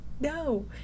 no